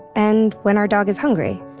and when our dog is hungry